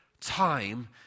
time